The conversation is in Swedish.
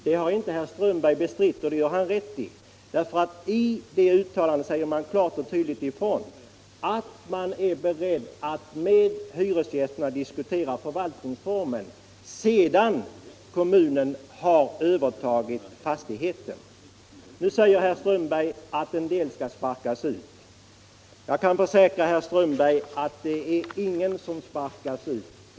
Detta har herr Strömberg inte bestritt och det gör han rätt i, därför att i det uttalandet sägs klart och tydligt ifrån att man är beredd att med hyresgästerna diskutera förvaltningsformen efter det att kommunen har övertagit fastigheten. Herr Strömberg påstår att en del hyresgäster skall sparkas ut. Jag kan försäkra herr Strömberg att så inte kommer att ske.